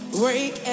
break